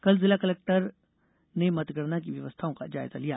कल जिला कलेक्टर ने मतगणना की व्यवस्थाओं का जायजा लिया